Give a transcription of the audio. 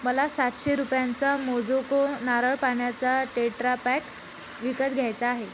मला सातशे रुपयांचा मोजोको नारळ पाण्याचा टेट्रापॅक विकत घ्यायचा आहे